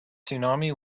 tsunami